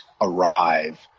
arrive